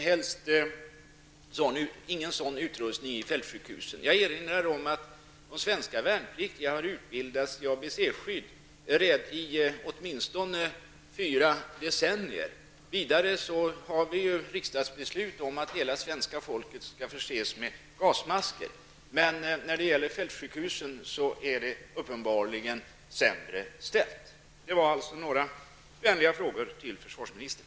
Har de ingen sådan utrustning? Jag erinrar om att de svenska värnpliktiga i åtminstone fyra decennier har utbildats i ABC-skydd. Vidare har vi riksdagsbeslut om att hela svenska folket skall förses med gasmasker. När det gäller fältsjukhusen är det uppenbarligen sämre ställt. Detta var några vänliga frågor till försvarsministern.